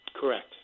Correct